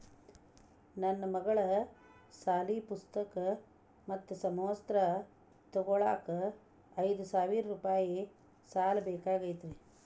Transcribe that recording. ನನ್ನ ಮಗಳ ಸಾಲಿ ಪುಸ್ತಕ್ ಮತ್ತ ಸಮವಸ್ತ್ರ ತೊಗೋಳಾಕ್ ಐದು ಸಾವಿರ ರೂಪಾಯಿ ಸಾಲ ಬೇಕಾಗೈತ್ರಿ